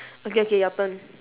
okay okay your turn